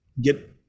get